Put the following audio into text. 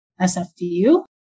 SFDU